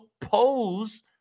pose